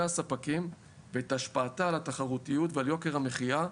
הספקים ואת השפעתה לתחרותיות ועל יוקר המחיה,